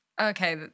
okay